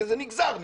כי זה נגזר מזה,